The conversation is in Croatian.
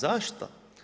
Zašto?